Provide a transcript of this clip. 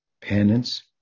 penance